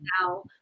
now